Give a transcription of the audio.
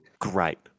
Great